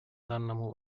данному